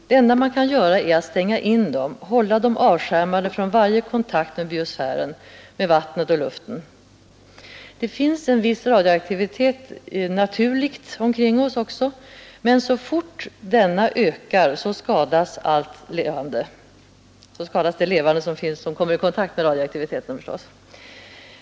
Det enda man kan göra är att stänga in dem, hålla dem avskärmade från varje kontakt med biosfären, med vattnet och med luften. Det finns en viss naturlig radioaktivitet omkring oss, men så fort denna ökar, skadas allt levande som kommer i kontakt med radioaktiviteten.